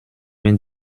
vingt